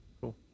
Cool